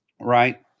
Right